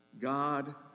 God